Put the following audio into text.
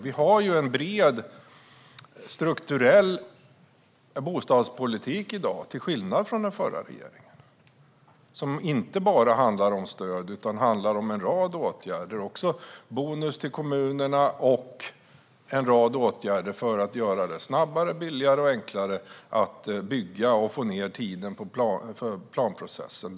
Vi har en bred strukturell bostadspolitik i dag, till skillnad från den förra regeringen, som inte bara handlar om stöd utan om en rad åtgärder som bonus till kommunerna och andra åtgärder för att göra det snabbare, billigare och enklare att bygga och få ned tiden för planprocessen.